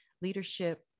leadership